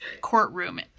courtroom